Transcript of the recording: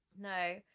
no